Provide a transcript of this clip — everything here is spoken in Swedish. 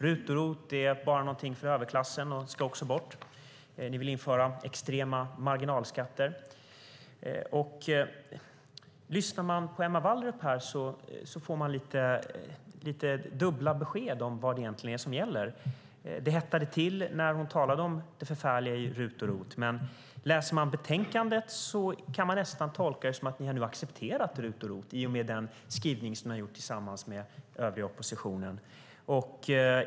RUT och ROT är bara någonting för överklassen och ska också bort. Ni vill införa extrema marginalskatter. Lyssnar man på Emma Wallrup får man lite dubbla besked om vad det egentligen är som gäller. Det hettade till när hon talade om det förfärliga i RUT och ROT. Men läser man betänkandet kan man nästan tolka det som att ni nu har accepterat RUT och ROT i och med den skrivning som ni har gjort tillsammans med övriga i oppositionen.